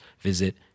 visit